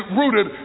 rooted